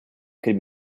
could